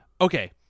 okay